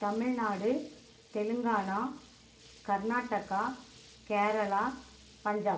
Tamil Nadu Telangana Karnataka Kerala Punjab